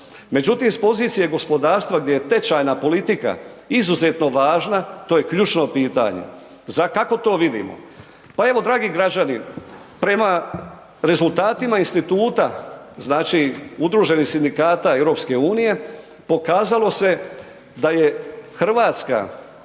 međutim s pozicije gospodarstva gdje je tečajna politika izuzetno važna, to je ključno pitanje. Kako to vidio? Pa evo dragi građani, prema rezultatima instituta znači udruženih sindikata EU-a, pokazalo se da je Hrvatska